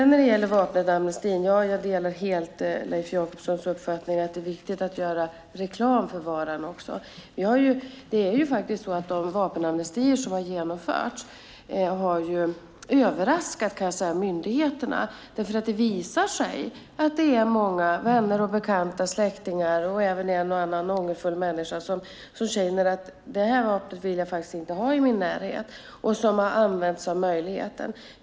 När det gäller vapenamnestin delar jag helt Leif Jakobssons uppfattning att det är viktigt att göra reklam för varan också. Det är faktiskt så att de vapenamnestier som har genomförts har överraskat myndigheterna. Det visar sig att det är många vänner, bekanta, släktingar och även en och annan ångerfull människa som känner "Det här vapnet vill jag inte ha i min närhet" och har använt sig av denna möjlighet.